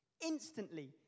Instantly